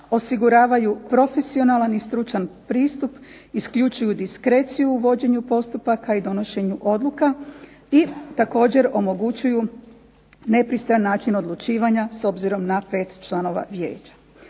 osiguravaju profesionalan i stručan pristup, isključivu diskreciju u vođenju postupaka i donošenju odluka i također omogućuju nepristran način odlučivanja, s obzirom na pet članova vijeća.